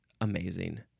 amazing